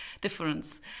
difference